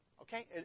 Okay